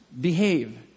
behave